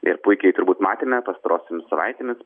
ir puikiai turbūt matėme pastarosiomis savaitėmis